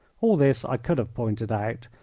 all this i could have pointed out,